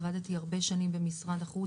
עבדתי הרבה שנים במשרד החוץ,